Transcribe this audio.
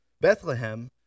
Bethlehem